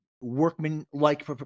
workman-like